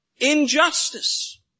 injustice